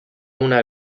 una